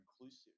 inclusive